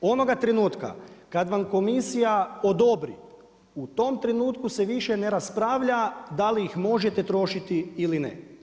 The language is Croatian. Onoga trenutka kad vam komisija odobri u tom trenutku se više ne raspravlja da li ih možete trošiti ili ne.